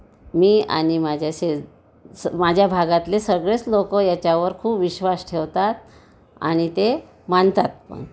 मी आणि माझ्या शेज माझ्या भागातले सगळेच लोक याच्यावर खूप विश्वास ठेवतात आणि ते मानतात पण